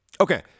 Okay